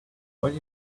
where